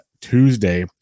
Tuesday